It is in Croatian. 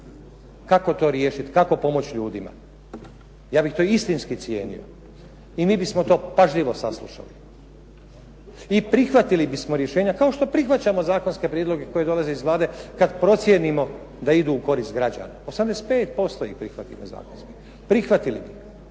kako to riješiti, kako pomoći ljudima, ja bih to istinski cijenio i mi bismo to pažljivo saslušali i prihvatili bismo rješenja, kao što prihvaćamo zakonske prijedloge koji dolaze iz Vlade kad procijenimo da idu u korist građana, 85% … /Govornik se ne čuje./ … Prihvatili bi,